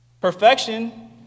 Perfection